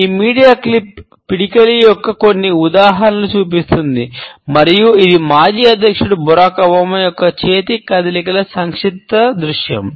ఈ media clip యొక్క చేతి కదలికల సంక్షిప్త దృశ్యం